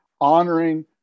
honoring